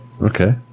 okay